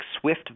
swift